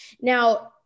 Now